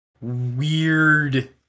weird